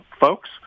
folks